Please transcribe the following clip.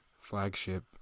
flagship